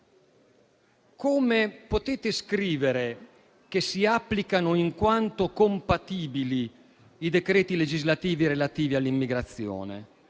Come potete scrivere che si applicano, in quanto compatibili, i decreti legislativi relativi all'immigrazione?